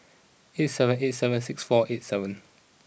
eight seven eight seven six four eight seven